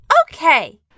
Okay